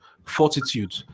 Fortitude